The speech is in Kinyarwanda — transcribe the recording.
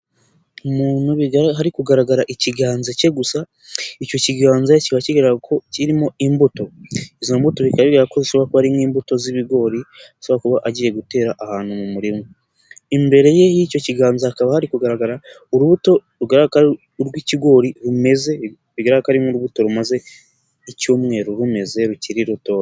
Umuntu hari kugaragara ikiganza cye gusa, icyo kiganza kiba kigaragara ko kirimo imbuto, izo mbuto bikaba bigaragara ko zishobora kuba ari nk'imbuto z'ibigori ashobora kuba agiye gutera ahantu mu murima. Imbere ye y'icyo kiganza hakaba hari kugaragara urubuto rugaragara ko ari urw'ikigori rumeze bigaragara ko ari nk'urubuto rumaze icyumweru rumeze rukiri rutoya.